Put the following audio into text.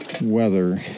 weather